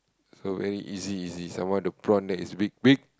okay so very easy easy some more the prawn that is big big